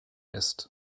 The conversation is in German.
ist